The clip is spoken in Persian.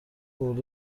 برد